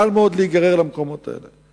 קל מאוד להיגרר למקומות האלה.